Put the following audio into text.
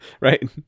Right